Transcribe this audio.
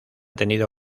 tenido